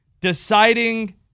deciding